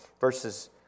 verses